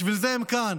בשביל זה הם כאן,